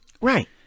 Right